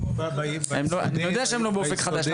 אני יודע שהם לא באופק חדש,